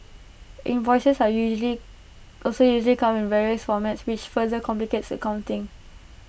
invoices are usually also usually come in various formats which further complicates accounting